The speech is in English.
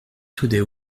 today